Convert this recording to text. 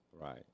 Right